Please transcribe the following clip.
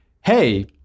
hey